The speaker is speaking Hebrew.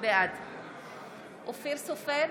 בעד אופיר סופר,